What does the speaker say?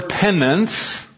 penance